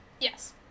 Yes